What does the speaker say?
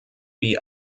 wie